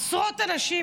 עשרות אנשים,